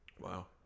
Wow